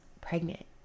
pregnant